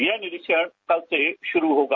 येह निरीक्षण कल से शुरू होगा